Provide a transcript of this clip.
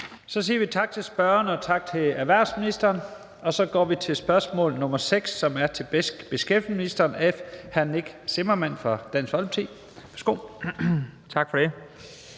Så siger vi tak til spørgeren og tak til erhvervsministeren. Så går vi til spørgsmål nr. 6, som er til beskæftigelsesministeren af hr. Nick Zimmermann fra Dansk Folkeparti. Kl. 13:53 Spm.